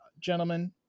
Gentlemen